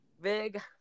big